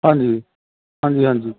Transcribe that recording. ਹਾਂਜੀ ਹਾਂਜੀ ਹਾਂਜੀ